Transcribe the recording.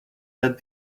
that